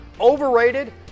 overrated